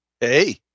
Hey